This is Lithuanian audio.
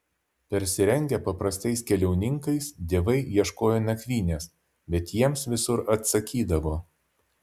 persirengę paprastais keliauninkais dievai ieškojo nakvynės bet jiems visur atsakydavo